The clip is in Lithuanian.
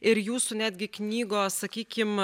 ir jūsų netgi knygos sakykim